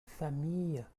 famille